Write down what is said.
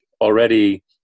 already